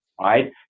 right